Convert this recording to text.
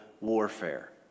warfare